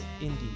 Indeed